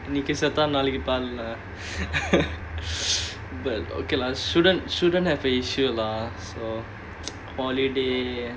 இன்னிக்கி சீதா நாளைக்கி பால்:innikki seatha naalaiki paal but okay lah shouldn't shouldn't have a issue lah so holiday